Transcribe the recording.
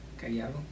callado